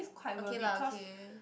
okay lah okay